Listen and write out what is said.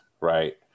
Right